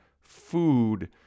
food